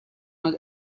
not